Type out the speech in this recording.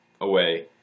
away